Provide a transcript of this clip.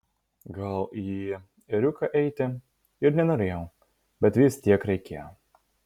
gal į ėriuką eiti ir nenorėjau bet vis tiek reikėjo